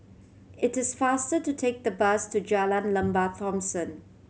it is faster to take the bus to Jalan Lembah Thomson